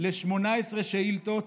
ל-18 שאילתות,